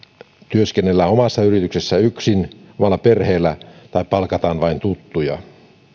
työskennellään omassa yrityksessä yksin oman perheen voimin tai palkataan vain tuttuja